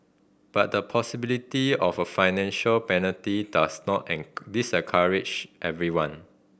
but the possibility of a financial penalty does not discourage everyone